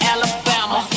Alabama